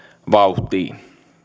vauhtiin